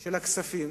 של כספים